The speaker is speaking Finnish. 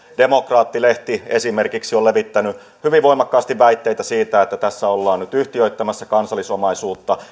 demokraatti lehti esimerkiksi on levittänyt hyvin voimakkaasti väitteitä siitä että tässä ollaan nyt yhtiöittämässä kansallisomaisuutta